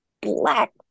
black